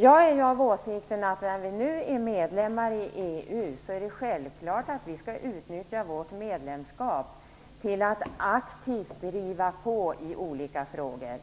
Jag är av den åsikten att när vi nu är medlemmar i EU så är det självklart att vi skall utnyttja vårt medlemskap till att aktivt driva olika frågor.